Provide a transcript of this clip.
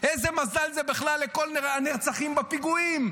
לא נתנה להם, איזה מזל בכלל לכל הנרצחים בפיגועים,